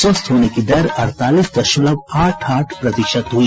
स्वस्थ होने की दर अड़तालीस दशमलव आठ आठ प्रतिशत हुई